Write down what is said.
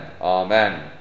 Amen